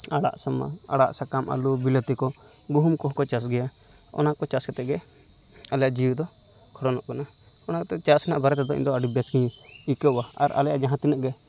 ᱟᱲᱟᱜ ᱥᱚᱢᱚᱭ ᱟᱲᱟᱜ ᱥᱟᱠᱟᱢ ᱟᱹᱞᱩ ᱵᱤᱞᱟᱹᱛᱤᱠᱚ ᱜᱩᱦᱩᱢ ᱠᱚᱦᱚᱸᱠᱚ ᱪᱟᱥ ᱜᱮᱭᱟ ᱚᱱᱟᱠᱚ ᱪᱟᱥ ᱠᱟᱛᱮᱫᱜᱮ ᱟᱞᱮ ᱡᱤᱣᱤᱫᱚ ᱯᱷᱚᱲᱚᱱᱚᱜ ᱠᱟᱱᱟ ᱚᱱᱟᱛᱮ ᱪᱟᱥ ᱨᱮᱱᱟᱜ ᱵᱟᱨᱮᱛᱮᱫᱚ ᱤᱧᱫᱚ ᱟᱹᱰᱤ ᱵᱮᱥᱜᱮᱧ ᱟᱹᱭᱠᱟᱹᱣᱟ ᱟᱨ ᱟᱞᱮᱭᱟᱜ ᱡᱟᱦᱟᱸ ᱛᱤᱱᱟᱹᱜ ᱜᱮ